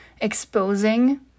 exposing